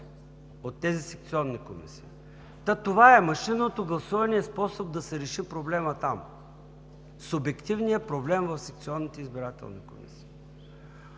от тези секционни комисии! Та това е – машинното гласуване е способ да се реши проблемът там, субективният проблем в секционните избирателни комисии!